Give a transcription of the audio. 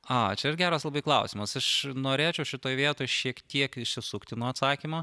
a čia ir geras labai klausimas aš norėčiau šitoj vietoj šiek tiek išsisukti nuo atsakymo